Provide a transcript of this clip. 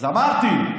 אז אמרתי.